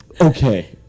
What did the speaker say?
okay